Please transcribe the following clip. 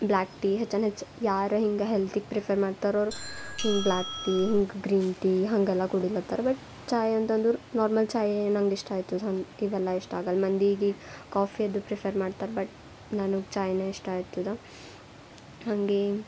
black tea ಹೆಚ್ಚಾನ ಹೆಚ್ಚು ಯಾರು ಹಿಂಗೆ ಹೆಲ್ತಿಗೆ ಪ್ರಿಫರ್ ಮಾಡ್ತಾರೆ ಅವರು ಹಿಂಗೆ ಬ್ಲ್ಯಾಕ್ ಟೀ ಹಿಂಗೆ ಗ್ರೀನ್ ಟೀ ಹಾಗೆಲ್ಲ ಕುಡಿಲತ್ತರ ಬಟ್ ಚಾಯ್ ಅಂತಂದರ ನಾರ್ಮಲ್ ಚಾಯೇ ನನಗಿಷ್ಟ ಆಯ್ತದೆ ಇವೆಲ್ಲ ಇಷ್ಟ ಆಗಲ್ಲ ಮಂದೀಗೀಗ ಕಾಫೀ ಅದು ಪ್ರಿಫರ್ ಮಾಡ್ತಾರೆ ಬಟ್ ನನಗೆ ಚಾಯ್ನೇ ಇಷ್ಟ ಆಯ್ತದೆ ಹಾಗೇ